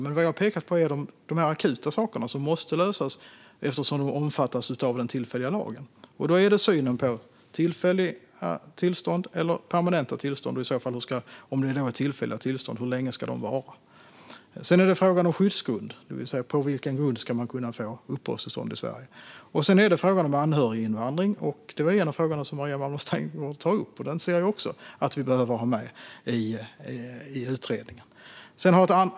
Jag har pekat på de akuta saker som måste lösas, eftersom de omfattas av den tillfälliga lagen. Det handlar om synen på tillfälliga respektive permanenta tillstånd och, när det gäller tillfälliga tillstånd, hur länge de ska vara. Det är frågan om skyddsgrund, det vill säga på vilken grund man ska kunna få uppehållstillstånd i Sverige. Och så är det frågan om anhöriginvandring, och det är ju en av de frågor som Maria Malmer Stenergard tar upp. Den behöver vi också ha med i utredningen.